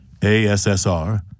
ASSR